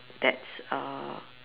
that's uh